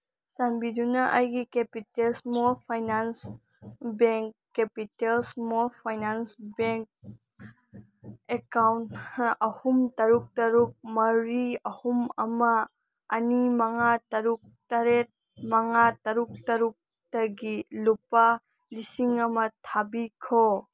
ꯆꯥꯟꯕꯤꯗꯨꯅ ꯑꯩꯒꯤ Capital Small Finance Bank Capital Small Finance Bank account ꯑꯍꯨꯝ ꯇꯔꯨꯛ ꯇꯔꯨꯛ ꯃꯔꯤ ꯑꯍꯨꯝ ꯑꯃ ꯑꯅꯤ ꯃꯉꯥ ꯇꯔꯨꯛ ꯇꯔꯦꯠ ꯃꯉꯥ ꯇꯔꯨꯛ ꯇꯔꯨꯛꯇꯒꯤ ꯂꯨꯄꯥ ꯂꯤꯁꯤꯡ ꯑꯃ ꯊꯥꯕꯤꯈꯣ